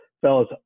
Fellas